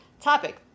topic